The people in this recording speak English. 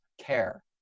care